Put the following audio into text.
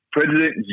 President